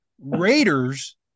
Raiders